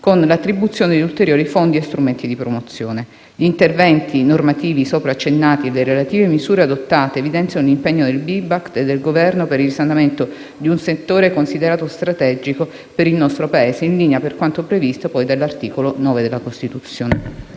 con l'attribuzione di ulteriori fondi e strumenti di promozione. Gli interventi normativi sopra accennati e le relative misure adottate evidenziano l'impegno del MIBACT e del Governo per il risanamento di un settore considerato strategico per il nostro Paese, in linea con quanto previsto dall'articolo 9 della Costituzione.